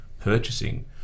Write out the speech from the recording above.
purchasing